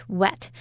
wet